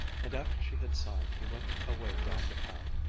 and after she had signed, he went away down the path,